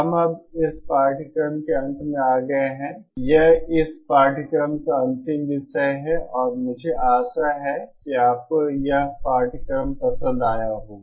हम अब इस पाठ्यक्रम के अंत में आ गए हैं यह इस पाठ्यक्रम का अंतिम विषय है और मुझे आशा है कि आपको यह पाठ्यक्रम पसंद आया होगा